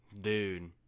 dude